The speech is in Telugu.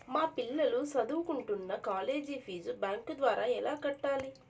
మా పిల్లలు సదువుకుంటున్న కాలేజీ ఫీజు బ్యాంకు ద్వారా ఎలా కట్టాలి?